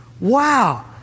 Wow